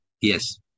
Yes